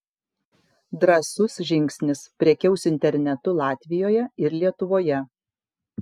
drąsus žingsnis prekiaus internetu latvijoje ir lietuvoje